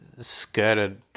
skirted